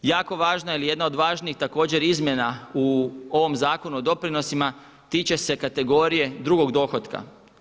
Jako važna ili jedna od važnijih također izmjena u ovom Zakonu o doprinosima tiče se kategorije drugog dohotka.